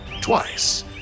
twice